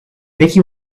vicky